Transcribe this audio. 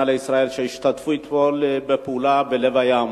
לישראל שהשתתפו אתמול בפעולה בלב הים.